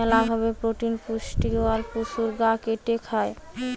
মেলা ভাবে প্রোটিন পুষ্টিওয়ালা পশুর গা কেটে খায়